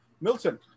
Milton